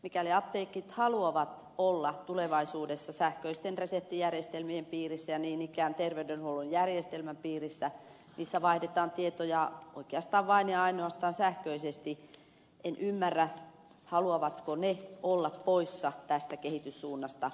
mikäli apteekit haluavat olla tulevaisuudessa sähköisten reseptijärjestelmien piirissä ja niin ikään terveydenhuollon järjestelmän piirissä missä vaihdetaan tietoja oikeastaan vain ja ainoastaan sähköisesti en ymmärrä haluavatko ne olla poissa tästä kehityssuunnasta